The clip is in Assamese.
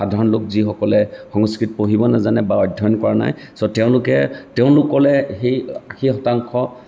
সাধাৰণ লোক যিসকলে সংস্কৃত পঢ়িব নাজানে বা অধ্যয়ন কৰা নাই চ' তেওঁলোকে তেওঁলোকলৈ সেই আশী শতাংশ